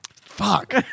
Fuck